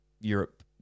Europe